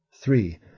Three